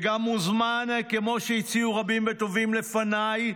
וגם מוזמן, כמו שהציעו רבים וטובים לפניי,